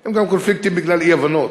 הם גם קונפליקטים בגלל אי-הבנות,